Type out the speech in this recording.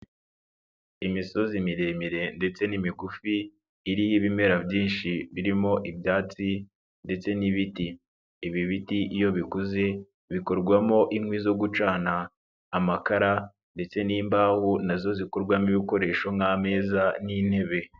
Imisozi miremire ndetse n'imigufi iriho ibimera byinshi birimo ibyatsi ndetse n'ibiti. Ibi biti iyo bikuze bikorwamo inkwi zo gucana, amakara ndetse n'imbaho na zo zikorwamo ibikoresho nk'ameza n'intebe.